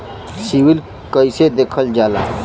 CIBIL कैसे देखल जाला?